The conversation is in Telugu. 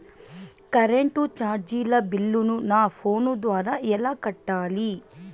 కరెంటు చార్జీల బిల్లును, నా ఫోను ద్వారా ఎలా కట్టాలి?